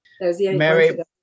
Mary